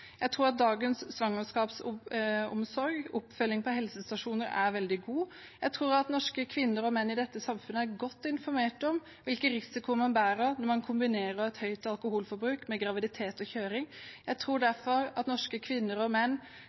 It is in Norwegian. Jeg tror at dagens svangerskapsomsorg og oppfølgingen på helsestasjonene er veldig god. Jeg tror at norske kvinner og menn i dette samfunnet er godt informert om hvilken risiko man tar når man kombinerer høyt alkoholforbruk med graviditet og kjøring. Jeg tror derfor at norske kvinner og menn